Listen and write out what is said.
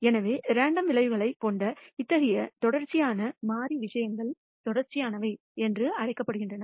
எனவே ரேண்டம் விளைவுகளைக் கொண்ட இத்தகைய தொடர்ச்சியான மாறி விஷயங்கள் தொடர்ச்சியானவை என்று அழைக்கப்படுகின்றன